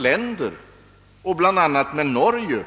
länder, bl.a. med Norge,